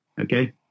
Okay